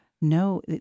No